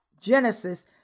Genesis